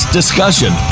discussion